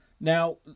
Now